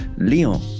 Lyon